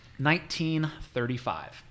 1935